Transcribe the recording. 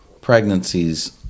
pregnancies